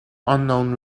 unknown